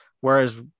Whereas